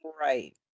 Right